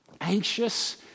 anxious